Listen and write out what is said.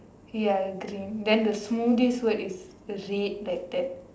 ya green then the smoothies word is red like that